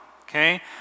okay